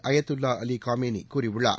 Ayatollah Ali Khamenei கூறியுள்ளார்